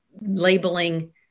labeling